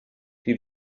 die